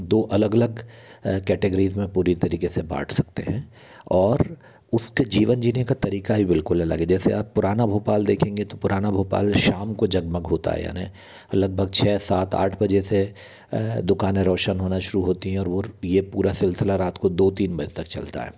दो अलग अलग कैटेगरीज़ में पूरी तरीके से बाँट सकते हैं और उसके जीवन जीने का तरीका ही बिल्कुल अलग है जैसे आप पुराना भोपाल देखेंगे तो पुराना भोपाल शाम को जगमग होता है यानी लगभग छः सात आठ बजे से दुकानें रोशन होना शुरू होती हैं और ये पूरा सिलसिला रात के दो तीन बजे तक चलता है